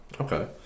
okay